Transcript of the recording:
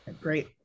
Great